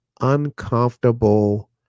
uncomfortable